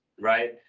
right